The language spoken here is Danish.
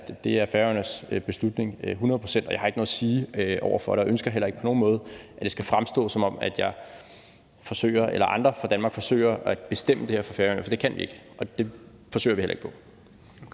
at det er Færøernes beslutning hundrede procent, og jeg har ikke noget at sige over for det og ønsker heller ikke på nogen måde, at det skal fremstå, som om jeg forsøger eller andre fra Danmark forsøger at bestemme det her for Færøerne, for det kan vi ikke, og det forsøger vi heller ikke på.